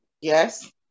Yes